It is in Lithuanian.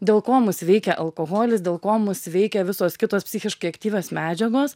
dėl ko mus veikia alkoholis dėl ko mus veikia visos kitos psichiškai aktyvios medžiagos